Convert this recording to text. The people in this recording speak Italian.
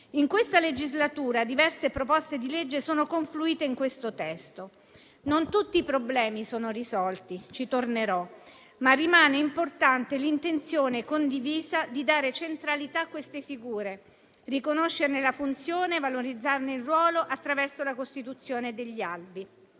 In questa legislatura, diverse proposte di legge sono confluite nel testo. Non tutti i problemi sono risolti - ci tornerò - ma rimane importante l'intenzione condivisa di dare centralità a queste figure, riconoscerne la funzione e valorizzarne il ruolo attraverso la costituzione degli albi.